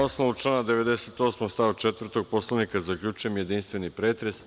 Na osnovu člana 98. stav 4. Poslovnika, zaključujem jedinstveni pretres.